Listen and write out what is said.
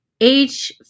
age